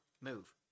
move